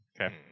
Okay